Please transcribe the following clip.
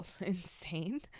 insane